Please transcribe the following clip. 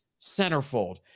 centerfold